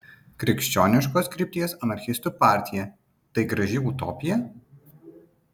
krikščioniškos krypties anarchistų partija tai graži utopija